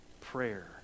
Prayer